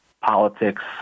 politics